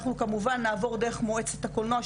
אנחנו כמובן נעבור דרך מועצת הקולנוע,